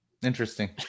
Interesting